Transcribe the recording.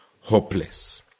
hopeless